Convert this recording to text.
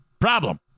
Problem